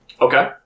Okay